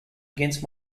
against